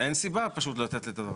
אין סיבה פשוט לתת את הדבר הזה.